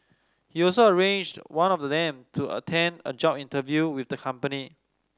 he also arranged one of them to attend a job interview with the company